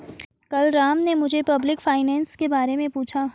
कल राम ने मुझसे पब्लिक फाइनेंस के बारे मे पूछा